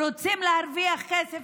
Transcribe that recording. רוצים להרוויח כסף,